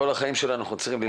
כל החיים שלנו אנחנו צריכים ללמוד.